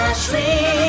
Ashley